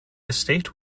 estate